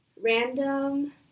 random